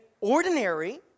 ordinary